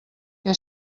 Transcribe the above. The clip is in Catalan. què